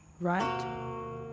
right